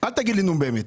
אל תגיד לי 'נו, באמת',